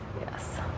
yes